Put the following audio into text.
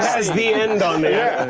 has the end on the